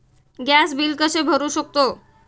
Gas bill कसे भरू शकतो?